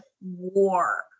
war